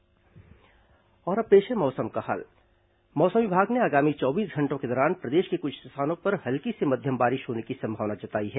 मौसम और अब पेश है मौसम का हाल मौसम विभाग ने आगामी चौबीस घंटों के दौरान प्रदेश के कुछ स्थानों पर हल्की से मध्यम बारिश होने की संभावना जताई है